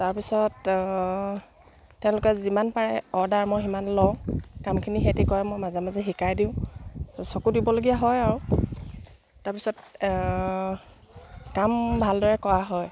তাৰপিছত তেওঁলোকে যিমান পাৰে অৰ্ডাৰ মই সিমান লওঁ কামখিনি সিহঁতি কৰে মই মাজে মাজে শিকাই দিওঁ চকু দিবলগীয়া হয় আৰু তাৰপিছত কাম ভালদৰে কৰা হয়